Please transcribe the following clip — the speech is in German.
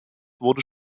wurde